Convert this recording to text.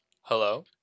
hello